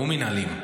הוא מינהלות.